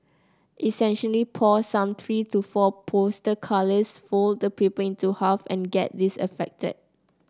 essentially pour some three to four poster colours fold the paper into half and get this effected